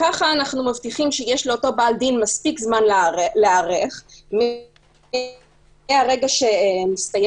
וכך אנו מבטיחים שיש לאותו בעל הדין מספיק זמן להיערך מהרגע שבו